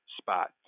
spot